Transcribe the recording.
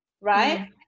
right